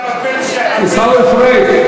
עכשיו הפנסיה, עיסאווי פריג'.